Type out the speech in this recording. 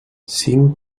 cinc